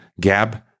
Gab